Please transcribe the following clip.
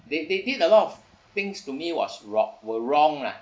they they did a lot of things to me was wrong were wrong ah